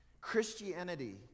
Christianity